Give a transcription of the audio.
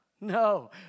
No